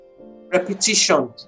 repetition